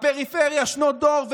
הפריפריה שנות דור,